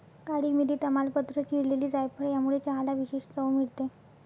काळी मिरी, तमालपत्र, चिरलेली जायफळ यामुळे चहाला विशेष चव मिळते